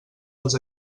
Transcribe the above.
als